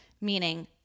meaning